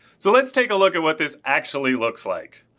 so let's take look what this actually looks like.